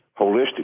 holistic